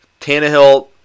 Tannehill